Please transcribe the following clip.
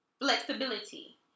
flexibility